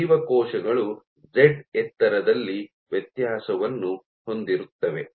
ಜೀವಕೋಶಗಳು ಜೆಡ್ ಎತ್ತರದಲ್ಲಿ ವ್ಯತ್ಯಾಸವನ್ನು ಹೊಂದಿರುತ್ತವೆ